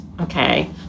Okay